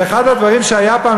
ואחד הדברים שהיה פעם,